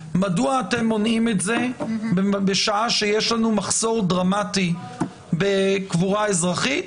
מדוע אתם מונעים את זה בשעה שיש לנו מחסור דרמטי בקבורה אזרחית,